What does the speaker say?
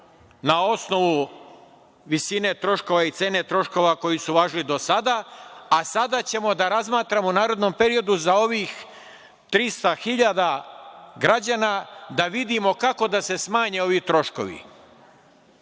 na osnovu visine troškova i cene troškova koji su važili do sada, a sada ćemo da razmatramo u narednom periodu za ovih 300 hiljada građana da vidimo kako da se smanje ovi troškovi.